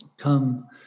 Come